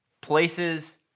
places